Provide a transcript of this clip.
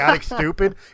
stupid